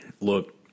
look